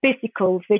physical